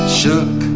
shook